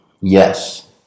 Yes